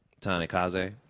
Tanikaze